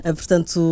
Portanto